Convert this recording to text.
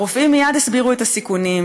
הרופאים מייד הסבירו את הסיכונים,